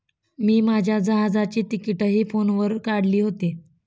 मी माझ्या जहाजाची तिकिटंही फोनवर काढली होती